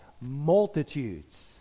multitudes